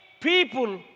people